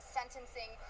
sentencing